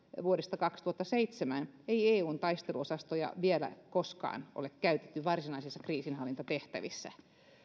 vuodesta kaksituhattaseitsemän ei eun taisteluosastoja ole vielä koskaan käytetty varsinaisissa kriisinhallintatehtävissä